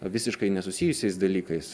visiškai nesusijusiais dalykais